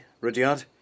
Rudyard